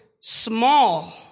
small